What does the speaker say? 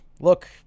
look